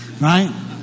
Right